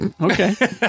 Okay